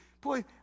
boy